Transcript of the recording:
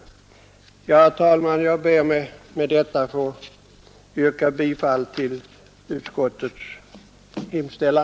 Herr talman! Jag ber med detta att få yrka bifall till utskottets hemställan.